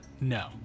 No